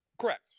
Correct